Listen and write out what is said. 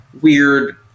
weird